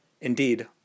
Indeed